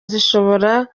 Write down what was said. zishobora